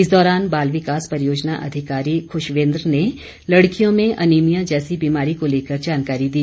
इस दौरान बाल विकास परियोजना अधिकारी खुशवेन्द्र ने लड़कियों में अनीमिया जैसी बीमारी को लेकर जानकारी दी